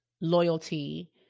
loyalty